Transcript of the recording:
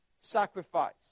sacrifice